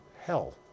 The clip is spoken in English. hell